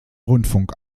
rundfunk